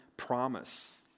Promise